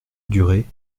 durée